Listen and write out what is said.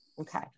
Okay